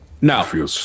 Now